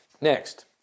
Next